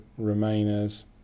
Remainers